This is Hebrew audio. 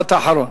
משפט אחרון.